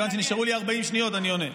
נשארו לי 40 שניות, אני עונה.